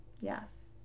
Yes